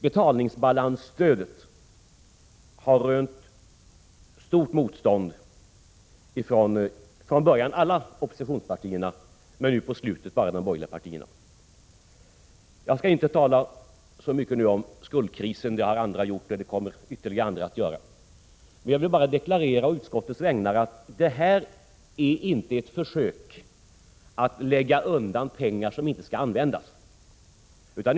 Betalningsbalansstödet har rönt stort motstånd, till en början från alla oppositionspartierna men nu på slutet bara från de borgerliga partierna. Jag skall nu inte tala så mycket om skuldkrisen. Det har andra gjort och fler kommer också att göra det senare. Å utskottets vägnar vill jag bara deklarera att det här inte är ett försök att lägga undan pengar, som inte skall användas.